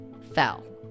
fell